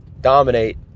dominate